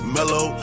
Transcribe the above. Mellow